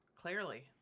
Clearly